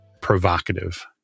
provocative